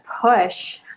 push